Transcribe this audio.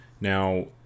Now